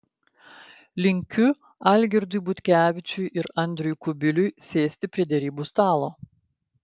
linkiu algirdui butkevičiui ir andriui kubiliui sėsti prie derybų stalo